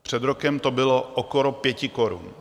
Před rokem to bylo okolo 5 korun.